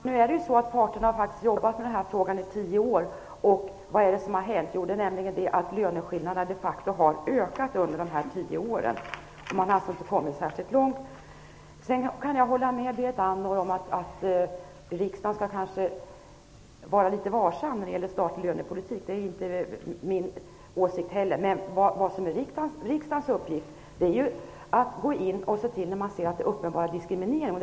Herr talman! Parterna har faktiskt arbetat med frågan i tio år. Vad är det som har hänt? Jo, löneskillnaderna de facto har ökat under dessa tio år. Man har alltså inte kommit särskilt långt. Jag kan hålla med Berit Andnor om att riksdagen skall vara litet varsam när det gäller statlig lönepolitik. Men vad som är riksdagens uppgift är att gå in när det är uppenbar diskriminering.